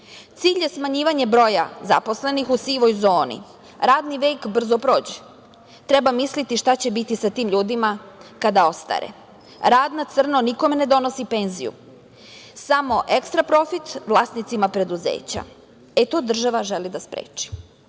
Cilj je smanjivanje broja zaposlenih u sivoj zoni. Radni vek brzo prođe. Treba misliti šta će biti sa tim ljudima kada ostare. Rad na crno nikome ne donosi penziju, samo ekstra profit vlasnicima preduzeća. To država želi da spreči.U